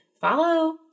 follow